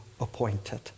appointed